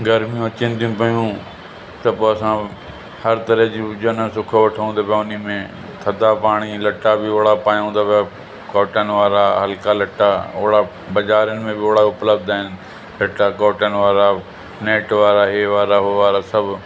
गर्मियूं अचनि थी पियूं त पोइ असां हर तरह जूं हुजनि सुख वठूं था पिया उन में थधा पाणी लट्टा बि ओड़ा पायूं था पिया कॉटन वारा हल्का लट्टा ओड़ा बाज़ारनि में बि ओड़ा उपलब्ध आहिनि लटा कॉटन वारा नेट वारा इहे वारा उहो वारा सभु